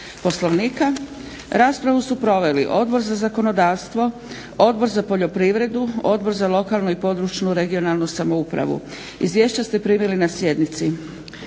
Poslovnika. Raspravu su proveli Odbor za zakonodavstvo, Odbor za poljoprivredu, Odbor za lokalnu i područnu (regionalnu) samoupravu. Izvješća ste primili na sjednici.